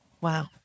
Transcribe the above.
Wow